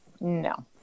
No